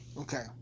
Okay